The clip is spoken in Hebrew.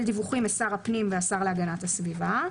דיווחים משר הפנים והשר להגנת הסביבה.